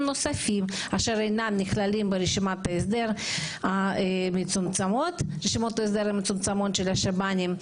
נוספים אשר אינם נכללים ברשימות ההסדר המצומצמות של השב"נים,